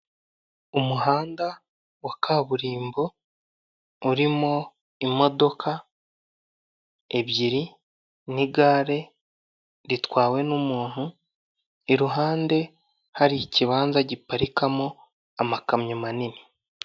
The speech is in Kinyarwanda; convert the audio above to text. Umuhanda wa kaburimbo urimo imodoka ebyiri n'igare ritwawe n'umuntu iruhande hari ikibanza giparikamo amakamyo manini.